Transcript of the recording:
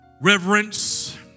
reverence